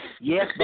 Yes